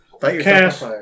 cast